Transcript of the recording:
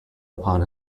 upon